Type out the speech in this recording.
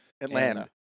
Atlanta